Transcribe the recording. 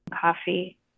coffee